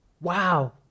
Wow